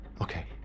Okay